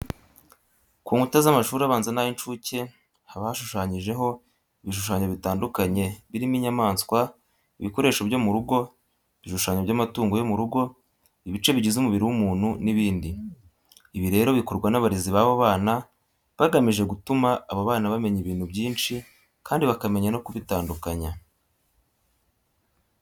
Ku nkuta z'amashuri abanza n'ay'incuke haba hashushanyijeho ibishushanyo bitandukanye birimo inyamaswa, ibikoresho byo mu rugo, ibishushanyo by'amatungo yo mu rugo, ibice bigize umubiri w'umuntu n'ibindi. Ibi rero bikorwa n'abarezi b'abo bana bagamije gutuma abo bana bamenya ibintu byinshi kandi bakamenya no kubitandukanya.